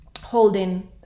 holding